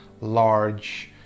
large